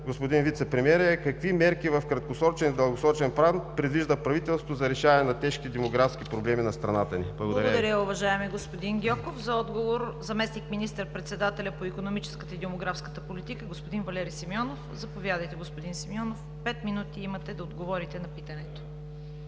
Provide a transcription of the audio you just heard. господин Вицепремиер, е: какви мерки в краткосрочен и дългосрочен план, предвижда правителството за решаването на тежките демографски проблеми на страната ни? Благодаря Ви. ПРЕДСЕДАТЕЛ ЦВЕТА КАРАЯНЧЕВА: Благодаря, уважаеми господин Гьоков. За отговор – заместник министър-председателят по икономическата и демографската политика господин Валери Симеонов. Заповядайте, господин Симеонов – пет минути имате да отговорите на питането.